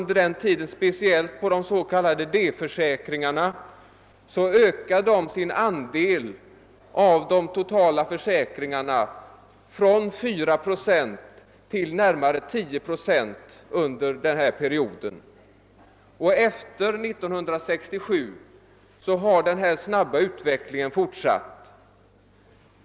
De stora s.k. D-försäkringarna ökade under den tiden sin andel av det totala antalet från 4 procent till närmare 10 procent, och efter 1967 har denna snabba utveckling fortsatt.